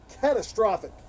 catastrophic